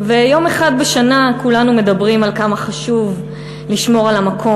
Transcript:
ויום אחד בשנה כולנו מדברים על כמה חשוב לשמור על המקום